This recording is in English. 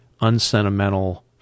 unsentimental